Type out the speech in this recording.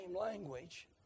language